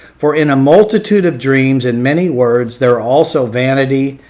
for in a multitude of dreams and many words, there're also vanity,